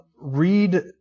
Read